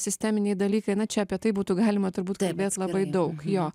sisteminiai dalykai na čia apie tai būtų galima turbūt kalbėt labai daug jo